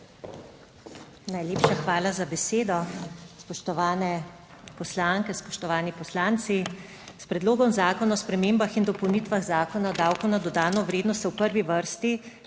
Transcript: Najlepša hvala za besedo. Spoštovane poslanke, spoštovani poslanci! S Predlogom zakona o spremembah in dopolnitvah Zakona o davku na dodano vrednost se v prvi vrsti